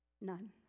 None